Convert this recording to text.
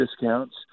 discounts